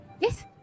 Yes